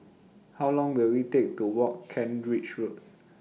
How Long Will IT Take to Walk Kent Ridge Road